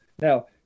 Now